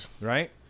right